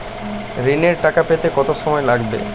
ঋণের টাকা পেতে কত সময় লাগবে?